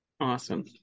Awesome